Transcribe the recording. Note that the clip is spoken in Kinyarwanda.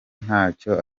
ntacyo